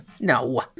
No